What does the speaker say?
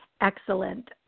Excellent